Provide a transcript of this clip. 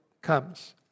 comes